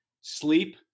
sleep